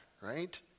right